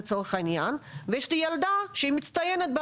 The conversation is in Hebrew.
ויש לי ילדה מצטיינת,